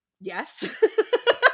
yes